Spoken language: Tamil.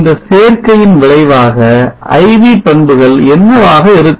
இந்த சேர்க்கையின் விளைவான IV பண்புகள் என்னவாக இருக்கும்